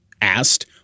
asked